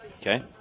Okay